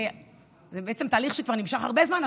זה תהליך שנמשך כבר הרבה זמן,